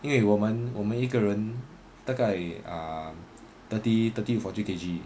因为我们我们一个人大概 um thirty thirty to fourty K_G